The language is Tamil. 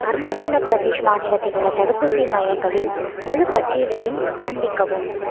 அருணாச்சல பிரதேஷ் மாநிலத்தில் உள்ள தடுப்பூசி மையங்களின் முழுப் பட்டியலையும் காண்பிக்கவும்